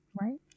Right